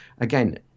again